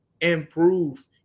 improve